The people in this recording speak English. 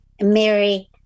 Mary